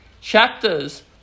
chapters